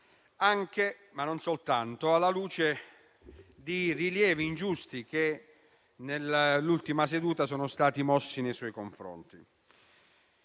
anche, ma non soltanto, alla luce dei rilievi ingiusti che nell'ultima seduta sono stati mossi nei suoi confronti.